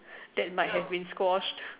that might have been squash